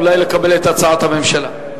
אולי לקבל את הצעת הממשלה.